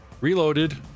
reloaded